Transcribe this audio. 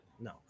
No